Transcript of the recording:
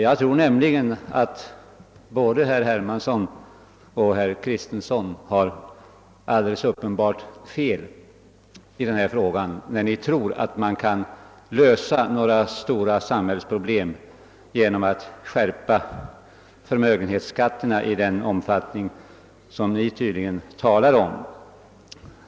Jag tror nämligen att både herr Hermansson och herr Kristenson har alldeles fel när de tror att man kan lösa stora samhällsproblem genom att skärpa förmögenhetsskatterna i den omfattning de tydligen talar om.